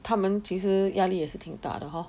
他们其实压力也是挺大的 hor